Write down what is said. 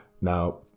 Now